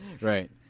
Right